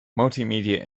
multimedia